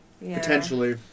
Potentially